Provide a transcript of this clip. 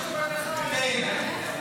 אין.